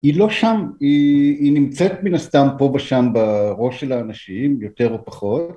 היא לא שם, היא נמצאת מן הסתם פה ושם בראש של האנשים יותר או פחות